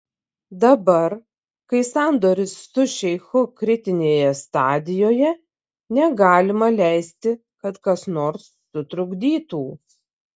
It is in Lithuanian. dabar kai sandoris su šeichu kritinėje stadijoje negalima leisti kad kas nors sutrukdytų